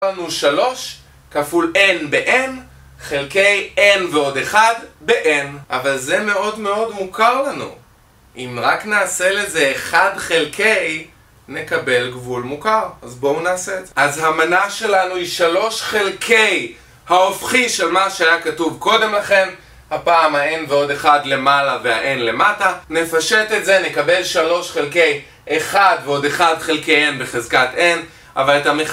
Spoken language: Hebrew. קבלנו 3 כפול n ב-n חלקי n ועוד 1 ב-n אבל זה מאוד מאוד מוכר לנו אם רק נעשה לזה 1 חלקי נקבל גבול מוכר אז בואו נעשה את זה אז המנה שלנו היא 3 חלקי ההופכי של מה שהיה כתוב קודם לכן הפעם ה-n ועוד 1 למעלה וה-n למטה נפשט את זה נקבל 3 חלקי 1 ועוד 1 חלקי n בחזקת n אבל...